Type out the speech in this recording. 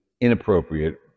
inappropriate